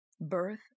birth